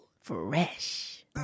Fresh